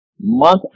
month